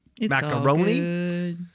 macaroni